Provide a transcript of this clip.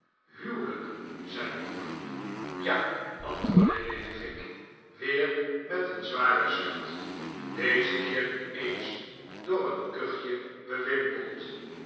huwelijk zei newman ja antwoordde lillyvick weer met een zwaren zucht dezen keer niet eens door een kuchje bewimpeld